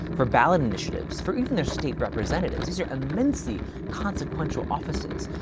for ballot initiatives, for even their state representatives. these are immensely consequential offices,